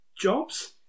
jobs